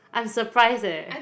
I'm surprised eh